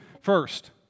First